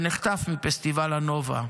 ונחטף מפסטיבל הנובה.